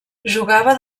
jugava